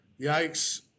Yikes